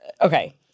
okay